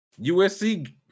USC